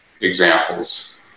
examples